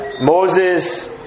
Moses